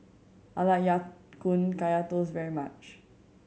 I like Ya Kun Kaya Toast very much